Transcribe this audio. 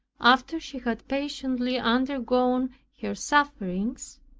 after she had patiently undergone her sufferings,